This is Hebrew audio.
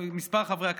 מספר חברי הכנסת,